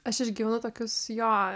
aš išgyvenu tokius jo